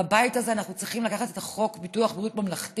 בבית הזה אנחנו צריכים לקחת את חוק ביטוח בריאות ממלכתי,